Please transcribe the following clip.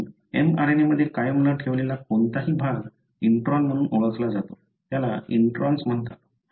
म्हणून mRNA मध्ये कायम न ठेवलेला कोणताही भाग इंट्रोन्स म्हणून ओळखला जातो त्याला इंट्रोन्स म्हणतात